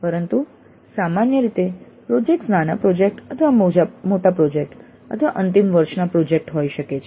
પરંતુ સામાન્ય રીતે પ્રોજેક્ટ્સ નાના પ્રોજેક્ટ અથવા મોટા પ્રોજેક્ટ અથવા અંતિમ વર્ષનો પ્રોજેક્ટ હોઈ શકે છે